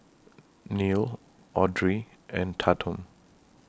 Neal Audry and Tatum